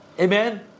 amen